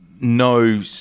No